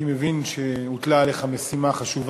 אני מבין שהוטלה עליך משימה חשובה,